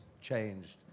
changed